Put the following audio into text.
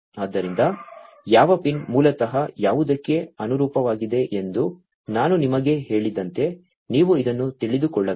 ಆದ್ದರಿಂದ ಯಾವ ಪಿನ್ ಮೂಲತಃ ಯಾವುದಕ್ಕೆ ಅನುರೂಪವಾಗಿದೆ ಎಂದು ನಾನು ನಿಮಗೆ ಹೇಳಿದಂತೆ ನೀವು ಇದನ್ನು ತಿಳಿದುಕೊಳ್ಳಬೇಕು